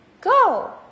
go